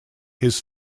his